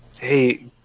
Hey